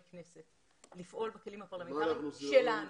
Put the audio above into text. כנסת לפעול בכלים הפרלמנטריים שלנו.